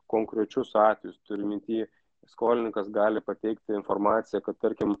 konkrečius atvejus turiu minty skolininkas gali pateikti informaciją kad tarkim